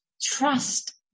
trust